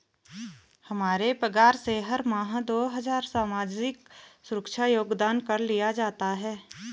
हमारे पगार से हर माह दो हजार सामाजिक सुरक्षा योगदान कर लिया जाता है